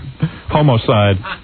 Homicide